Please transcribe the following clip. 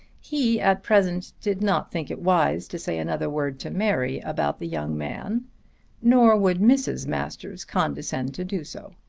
he at present did not think it wise to say another word to mary about the young man nor would mrs. masters condescend to do so.